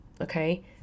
Okay